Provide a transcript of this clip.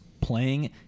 playing